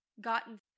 gotten